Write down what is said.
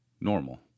normal